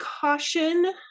caution